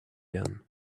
gun